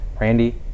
Randy